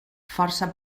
força